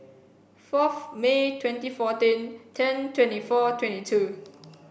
fourth May twenty fourteen ten twenty four twenty two